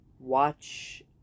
watch